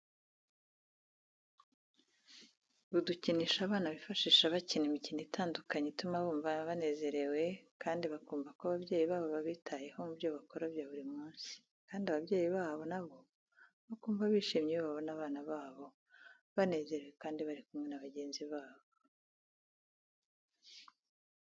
Udukinisho abana bifashisha bakina imikino itandukanye, ituma bumva banezerewe kandi bakumva ko ababyeyi babo babitayeho mubyo bakora bya buri munsi kandi ababyeyi babo nabo bakumva bishimye iyo babona abana babo banezerewe kandi bari kumwe na bagenzi babo.